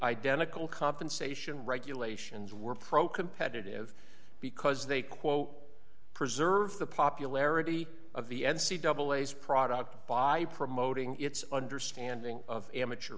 identical compensation regulations were pro competitive because they quote preserve the popularity of the n c w a's product by promoting its understanding of amateur